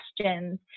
questions